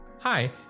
Hi